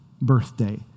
birthday